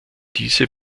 diese